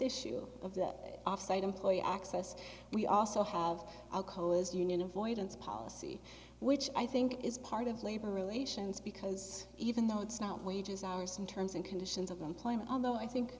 issue of that offsite employee access we also have alcoa's union avoidance policy which i think is part of labor relations because even though it's not wages hours and terms and conditions of employment although i think